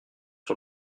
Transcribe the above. sur